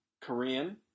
Korean